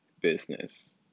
business